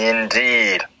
Indeed